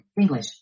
English